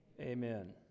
Amen